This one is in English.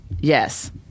yes